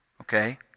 Okay